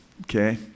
okay